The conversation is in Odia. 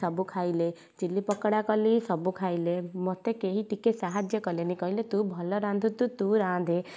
ସବୁ ଖାଇଲେ ଚିଲି ପକୋଡ଼ା କଲି ସବୁ ଖାଇଲେ ମତେ କେହି ଟିକେ ସାହାଯ୍ୟ କଲେନି କହିଲେ ତୁ ଭଲ ରାନ୍ଧୁ ତୁ ରାନ୍ଧେ